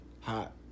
hot